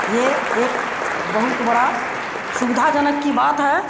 ये एक बहुत बड़ा सुविधाजनक की बात है